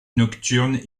nocturne